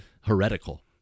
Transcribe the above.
heretical